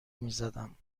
میزدم